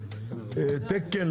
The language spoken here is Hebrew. תקן,